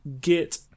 get